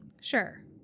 Sure